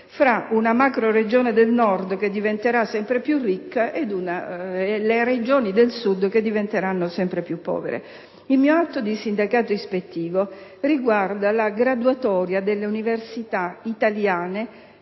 tra una macroregione del Nord, che diventerà sempre più ricca, e le Regioni del Sud, che diventeranno sempre più povere. Il mio atto di sindacato ispettivo riguarda la graduatoria delle università italiane,